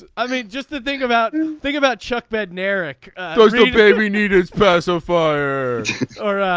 ah i mean just the thing about and thing about chuck madden eric every need is personal for sara.